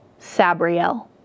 Sabriel